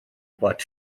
butt